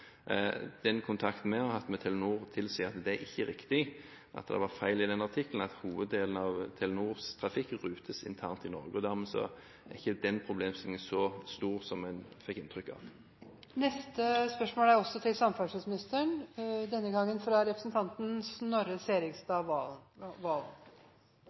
Den kontakten vi har hatt med Telenor, tilsier at det ikke er riktig, at det var feil i den artikkelen, og at hoveddelen av Telenors trafikk rutes internt i Norge. Dermed er ikke den problemstillingen så stor som en fikk inntrykk av.